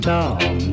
Tom